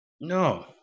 No